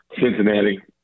Cincinnati